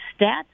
stats